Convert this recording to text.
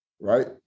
right